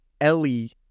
Ellie